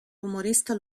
humorista